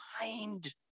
mind